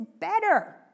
better